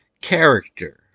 character